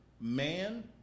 man